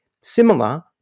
similar